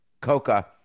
Coca